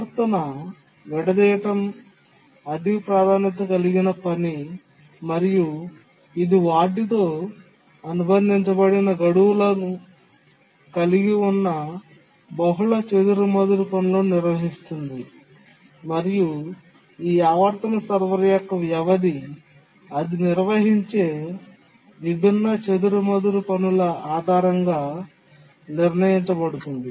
ఆవర్తన విడదీయడం అధిక ప్రాధాన్యత కలిగిన పని మరియు ఇది వాటితో అనుబంధించబడిన గడువులను కలిగి ఉన్న బహుళ చెదురుమదురు పనులను నిర్వహిస్తుంది మరియు ఈ ఆవర్తన సర్వర్ యొక్క వ్యవధి అది నిర్వహించే విభిన్న చెదురుమదురు పనుల ఆధారంగా నిర్ణయించబడుతుంది